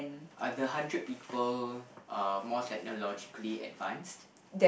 are the hundred people uh more technologically advanced